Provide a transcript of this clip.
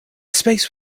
space